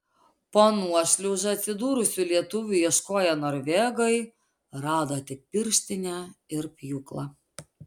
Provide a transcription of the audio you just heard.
po nuošliauža atsidūrusių lietuvių ieškoję norvegai rado tik pirštinę ir pjūklą